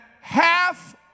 half